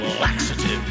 laxative